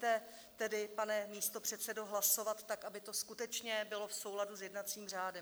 Dejte tedy, pane místopředsedo, hlasovat tak, aby to skutečně bylo v souladu s jednacím řádem.